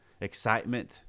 excitement